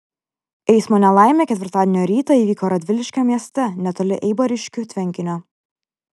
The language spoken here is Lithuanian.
eismo nelaimė ketvirtadienio rytą įvyko radviliškio mieste netoli eibariškių tvenkinio